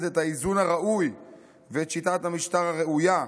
את האיזון הראוי ואת שיטת המשטר הראויה,